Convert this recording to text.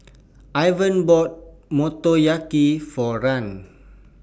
Ivan bought Motoyaki For Rahn